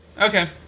Okay